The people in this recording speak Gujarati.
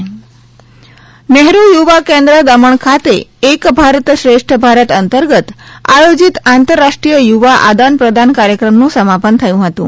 એક ભારત શ્રેષ્ઠ ભારત નેહરૂ યુવા કેન્દ્ર દમણ ખાતે એક ભારત શ્રેષ્ઠ ભારત અંતર્ગત આયોજિત આંતરરાષ્ટ્રીય યુવા આદાન પ્રદાન કાર્યક્રમનું સમાપન થયું હતું